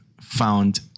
found